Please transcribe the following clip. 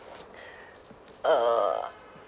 uh